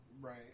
right